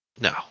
No